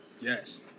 Yes